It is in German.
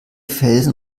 felsen